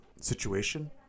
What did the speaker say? situation